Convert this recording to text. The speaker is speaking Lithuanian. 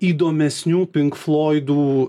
įdomesnių pink floidų